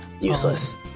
Useless